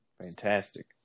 Fantastic